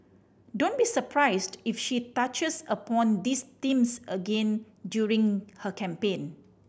don't be surprised if she touches upon these themes again during her campaign